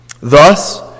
Thus